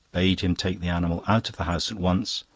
bade him take the animal out of the house at once,